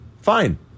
fine